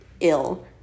ill